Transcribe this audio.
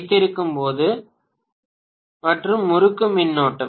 மாணவர் மற்றும் முறுக்கு மின்னோட்டமும்